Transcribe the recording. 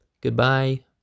Goodbye